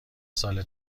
سال